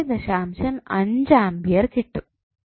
5 ampere കിട്ടും